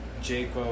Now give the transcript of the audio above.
Jacob